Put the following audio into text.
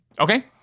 Okay